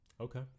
Okay